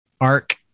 ARC